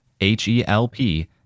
H-E-L-P